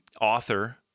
author